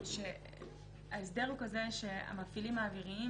ההסדר הוא כזה שהמפעילים האוויריים,